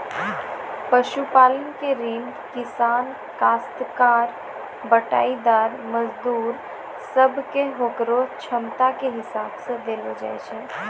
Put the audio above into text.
पशुपालन के ऋण किसान, कास्तकार, बटाईदार, मजदूर सब कॅ होकरो क्षमता के हिसाब सॅ देलो जाय छै